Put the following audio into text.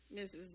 Mrs